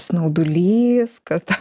snaudulys kad